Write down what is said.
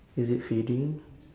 is it fading